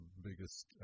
biggest